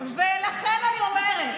ולכן אני אומרת,